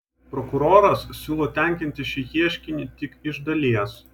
prokuroras siūlo tenkinti šį ieškinį tik iš dalies